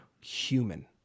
human